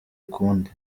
ukundi